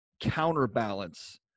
counterbalance